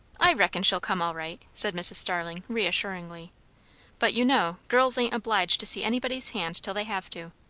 i reckon she'll come, all right, said mrs. starling reassuringly but, you know, girls ain't obliged to see anybody's hand till they have to.